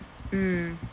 mm